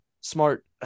smart